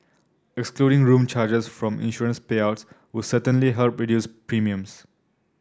excluding room charges from insurance payouts would certainly help reduce premiums